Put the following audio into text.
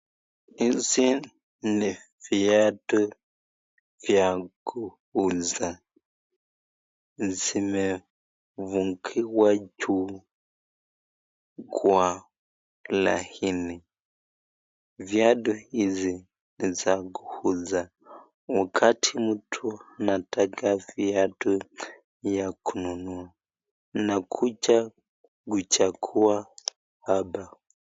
Hizi ni viatu vya kuuza zimefungiwa juu kwa laini viatu hizi za kuuza, wakati mtu anataka viatu ya kununua na unakuja kuchakua hapa.